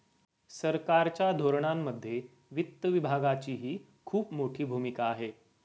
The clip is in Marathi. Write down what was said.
सरकारच्या धोरणांमध्ये वित्त विभागाचीही खूप मोठी भूमिका आहे